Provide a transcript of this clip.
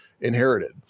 inherited